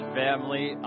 family